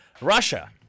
Russia